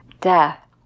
death